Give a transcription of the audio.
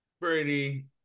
Brady